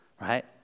right